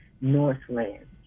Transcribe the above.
Northland